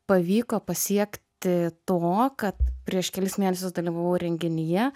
pavyko pasiekti to kad prieš kelis mėnesius dalyvavau renginyje